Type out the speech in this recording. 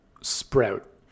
sprout